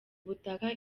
ubutaka